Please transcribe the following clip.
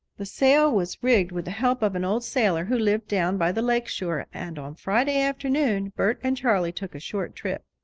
the sail was rigged with the help of an old sailor who lived down by the lake shore, and on friday afternoon bert and charley took a short trip.